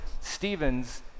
Stephen's